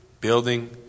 Building